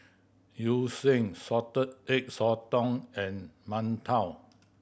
sheng Salted Egg Sotong and mantou